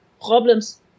problems